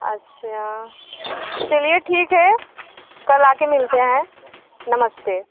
अच्छा चलिए ठीक है कल आ कर मिलते हैं नमस्ते